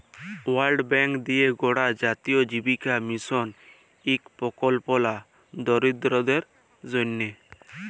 world bank দিঁয়ে গড়া জাতীয় জীবিকা মিশল ইক পরিকল্পলা দরিদ্দরদের জ্যনহে